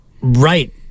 right